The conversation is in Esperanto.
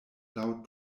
laŭ